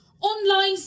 online